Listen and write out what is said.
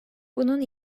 bunun